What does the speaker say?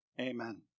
Amen